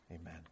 Amen